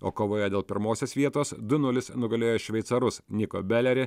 o kovoje dėl pirmosios vietos du nulis nugalėjo šveicarus niko belerį